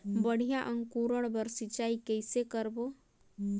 बढ़िया अंकुरण बर सिंचाई कइसे करबो?